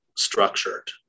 Structured